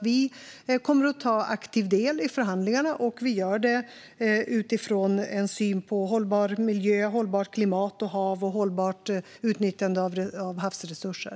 Vi kommer att ta aktiv del i förhandlingarna, och vi gör det utifrån en syn på hållbar miljö, hållbart klimat och hav samt hållbart utnyttjande av havsresurser.